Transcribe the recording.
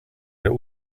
der